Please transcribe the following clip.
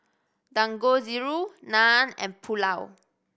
Dangojiru Naan and Pulao